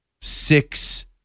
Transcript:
six